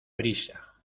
brisa